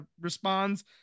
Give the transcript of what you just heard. responds